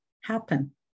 happen